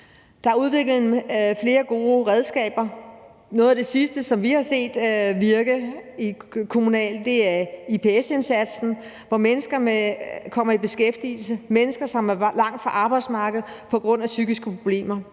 Der er udviklet flere gode redskaber. Noget af det sidste, som vi har set virke i kommunerne, er IPS-indsatsen, hvor mennesker kommer i beskæftigelse, mennesker, som er langt fra arbejdsmarkedet på grund af psykiske problemer.